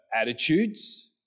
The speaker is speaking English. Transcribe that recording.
attitudes